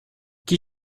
qui